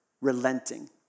relenting